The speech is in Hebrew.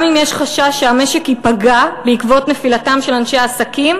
אם יש חשש שהמשק ייפגע בעקבות נפילתם של אנשי עסקים,